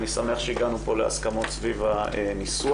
אני שמח שהגענו פה להסכמות סביב הניסוח.